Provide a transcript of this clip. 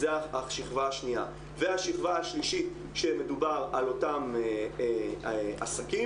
השכבה השלישית שמדובר על אותם עסקים,